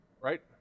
Right